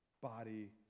body